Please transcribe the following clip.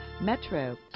Metro